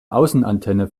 außenantenne